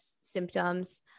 symptoms